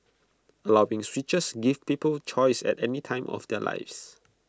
allowing switches gives people choice at any time of their lives